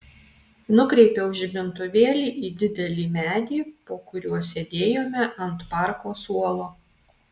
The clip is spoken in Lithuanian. nukreipiau žibintuvėlį į didelį medį po kuriuo sėdėjome ant parko suolo